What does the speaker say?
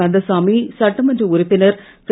கந்தசாமி சட்டமன்ற உறுப்பினர் திரு